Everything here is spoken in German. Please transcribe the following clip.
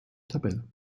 tabelle